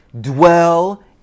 dwell